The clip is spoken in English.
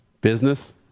Business